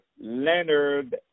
Leonard